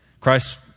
Christ